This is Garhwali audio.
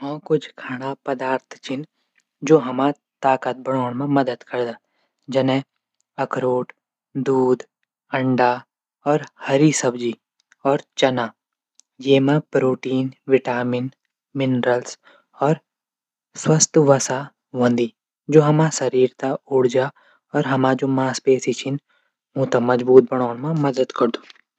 हाँ कुछ खाणा पदार्थ छन जू हमर ताकत बढौंण मा मदद करदा। जनैई अखरोट, दूध, अंडा, और हरी सब्जी, और चना। ये मा प्रोटीन बिटामिन। मिनरलस और स्वस्थ वसा हूंदी। जू हमर शरीर तै ऊर्जा और हमरी जू मांसपेशी छन ऊंथै मजबूत बणोण मा मदद करदी।